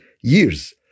years